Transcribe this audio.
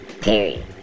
period